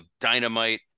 dynamite